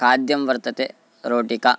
खाद्यं वर्तते रोटिका